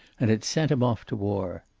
and had sent him off to war.